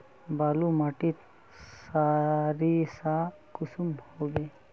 बालू माटित सारीसा कुंसम होबे?